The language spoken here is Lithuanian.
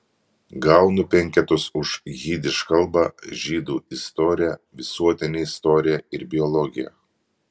gaunu penketus už jidiš kalbą žydų istoriją visuotinę istoriją ir biologiją